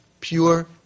pure